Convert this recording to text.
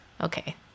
Okay